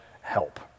help